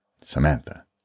Samantha